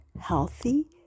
healthy